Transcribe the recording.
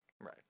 Right